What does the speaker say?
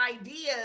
ideas